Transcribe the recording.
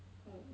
oh